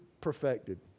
perfected